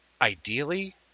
Ideally